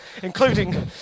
Including